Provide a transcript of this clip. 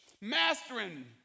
mastering